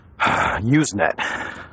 ...Usenet